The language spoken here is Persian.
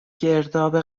گرداب